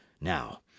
Now